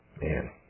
man